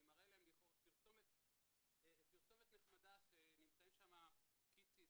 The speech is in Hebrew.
אני מראה להם פרסומת נחמדה שנמצאים שם קיציס